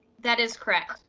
that is correct.